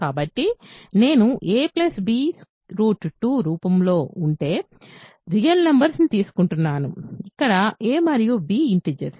కాబట్టి నేను a b 2 రూపంలో ఉండే రియల్ నంబర్స్ తీసుకుంటున్నాను ఇక్కడ a మరియు b ఇంటిజర్స్